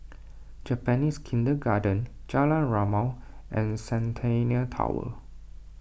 Japanese Kindergarten Jalan Rimau and Centennial Tower